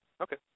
Okay